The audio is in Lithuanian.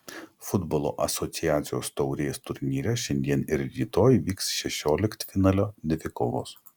futbolo asociacijos taurės turnyre šiandien ir rytoj vyks šešioliktfinalio dvikovos